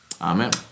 Amen